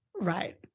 right